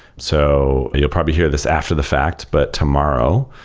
so you'll probably hear this after the fact, but tomorrow,